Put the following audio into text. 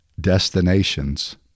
destinations